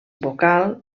vocal